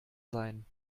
sein